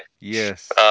yes